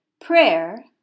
prayer